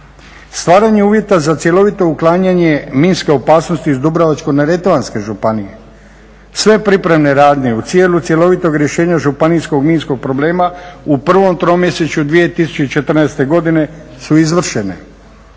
Stvaranje uvjeta za cjelovito uklanjanje minske opasnosti iz Dubrovačko-neretvanske županije, sve pripremne radnje cjelovitog rješenja županijskog minskog problema u prvom tromjesečju 2014.godine su izvršene.